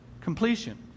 completion